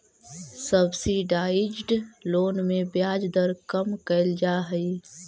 subsidised loan में ब्याज दर कम कैल जा हइ